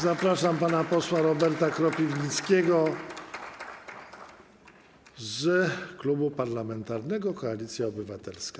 Zapraszam pana posła Roberta Kropiwnickiego z Klubu Parlamentarnego Koalicja Obywatelska.